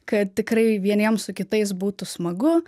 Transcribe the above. kad tikrai vieniem su kitais būtų smagu